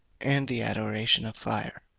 and the adoration of fire.